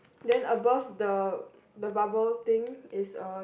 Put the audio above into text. then above the the bubble thing is a